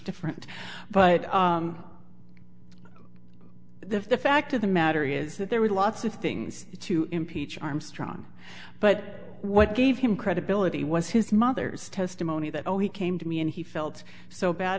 different but the fact of the matter is that there were lots of things to impeach armstrong but what gave him credibility was his mother's testimony that all he came to me and he felt so bad